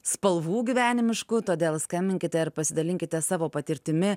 spalvų gyvenimiškų todėl skambinkite ir pasidalinkite savo patirtimi